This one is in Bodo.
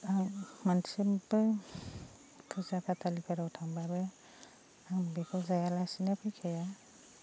आं माने सिम्पोल फुजा फाथालफोराव थांबाबो आं बेखौ जायालासिनो फैखाया